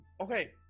Okay